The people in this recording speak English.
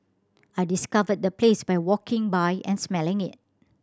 I discovered the place by walking by and smelling it